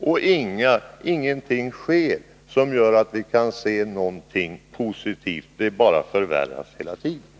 Det sker ingenting som gör att vi kan se mer positivt på detta — det bara förvärras hela tiden.